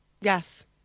Yes